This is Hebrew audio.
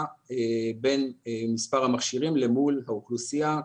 בין מספר המכשירים אל מול האוכלוסייה.